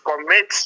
commit